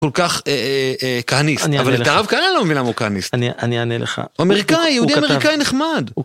כל כך כהניסט, אבל דאב כהנה לא אומר למה הוא כהניסט, הוא אמריקאי, יהודי אמריקאי נחמד.